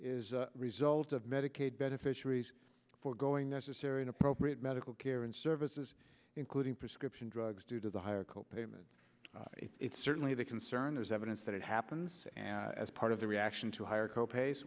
is result of medicaid beneficiaries foregoing necessary and appropriate medical care and services including prescription drugs due to the higher co payments it's certainly the concern there's evidence that it happens as part of the reaction to higher co pays